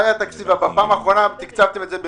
פעם אחרונה תקצבתם את זה במרץ.